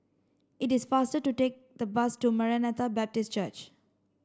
it is faster to take the bus to Maranatha Baptist Church